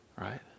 right